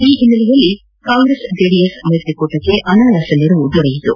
ಈ ಹಿನ್ನೆಲೆಯಲ್ಲಿ ಕಾಂಗ್ರೆಸ್ ಜೆಡಿಎಸ್ ಮೈತ್ರಿಕೂಟಕ್ಕೆ ಅನಾಯಾಸ ಗೆಲುವು ದೊರೆಯಿತು